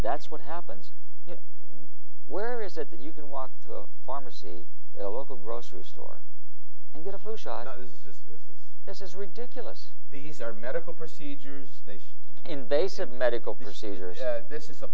that's what happens where is it that you can walk to the pharmacy at a local grocery store and get a flu shot is this is this is ridiculous these are medical procedures in they said medical procedures this is a